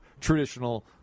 traditional